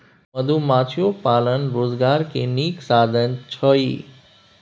मधुमाछियो पालन रोजगार के नीक साधन छइ